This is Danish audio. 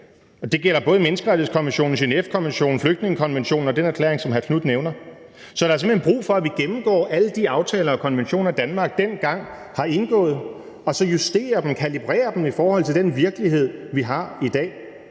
Det gælder både menneskerettighedskonventionen, Genèvekonventionen, flygtningekonventionen og den erklæring, som hr. Marcus Knuth nævner. Så der er simpelt hen brug for, at vi gennemgår alle de aftaler og konventioner, som Danmark dengang har indgået, og så justerer dem og kalibrerer dem i forhold til den virkelighed, vi har i dag.